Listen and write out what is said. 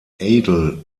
adel